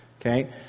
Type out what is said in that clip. Okay